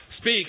speak